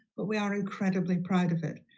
but we are incredibly proud of it.